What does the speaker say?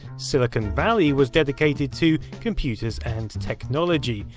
siliconvalley was dedicated to computers and technology.